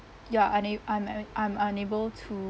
ya unab~ I'm I'm I'm unable to